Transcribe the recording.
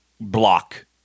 block